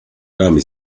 rami